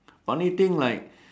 funny thing like